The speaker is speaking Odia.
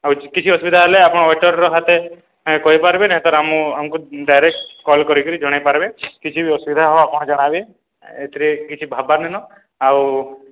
ଆଉ କିଛି ଅସୁବିଧା ହେଲେ ଆପଣ ୱେଟର୍ର ହାତେ କହିପାର୍ବେ ନାଇଁ ତ ଆମ ଆମ୍କୁ ଡାଇରେକ୍ଟ୍ କଲ୍ କରିକରି ଜଣେଇପାର୍ବେ କିଛି ବି ଅସୁବିଧା ହେବା ଆପଣ୍ ଜଣାବେ ଏଥିରେ କିଛି ଭାବ୍ବାର୍ ନିନ ଆଉ